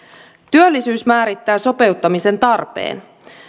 työllisyys määrittää sopeuttamisen tarpeen